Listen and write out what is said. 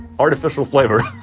artificial flavor,